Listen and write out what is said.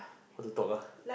how to talk ah